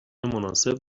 مناسب